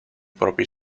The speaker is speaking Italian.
propri